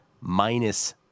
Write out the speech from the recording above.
minus